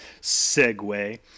segue